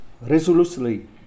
resolutely